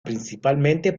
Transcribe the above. principalmente